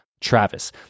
Travis